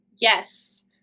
Yes